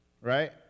right